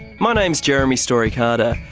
my name is jeremy story carter,